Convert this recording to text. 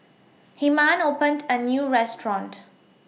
Hyman opened A New Restaurant